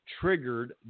triggered